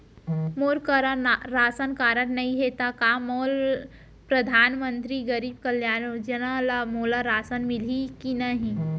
मोर करा ration card नहीं है त का मोल परधानमंतरी गरीब कल्याण योजना ल मोला राशन मिलही कि नहीं?